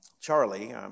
Charlie